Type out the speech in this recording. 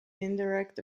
indirect